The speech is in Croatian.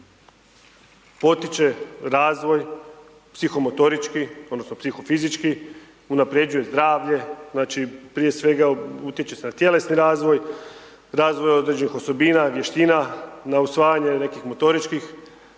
potiče razvoj psihomotorički, odnosno psihofizički, unapređuje zdravlje, znači prije svega utječe se na tjelesni razvij, razvoj određenih osobina, vještina, na usvajanje nekih motoričkih